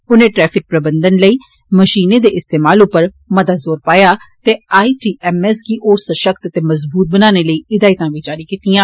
उनें ट्रैफिक प्रबंधन लेई मषीनें दे इस्तेमाल उप्पर मता ज़ोर पाया ते आई टी एम एस गी होर सषक्त ते मज़बूत बनाने लेई हिदायतां जारी कीतियां